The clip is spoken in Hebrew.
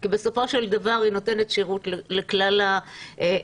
כי בסופו של דבר היא נותנת שירות לכלל האזרחים.